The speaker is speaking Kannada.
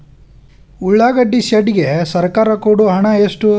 ಉಳ್ಳಾಗಡ್ಡಿ ಶೆಡ್ ಗೆ ಸರ್ಕಾರ ಕೊಡು ಹಣ ಎಷ್ಟು?